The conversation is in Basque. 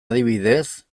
adibidez